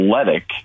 athletic